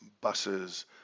buses